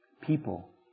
people